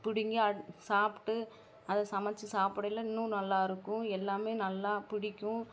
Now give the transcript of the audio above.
பிடுங்கி அதை சாப்பிட்டு அதை சமைச்சு சாப்புடையில் இன்னும் நல்லா இருக்கும் எல்லாமே நல்லா பிடிக்கும்